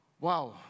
Wow